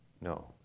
No